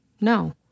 No